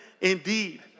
indeed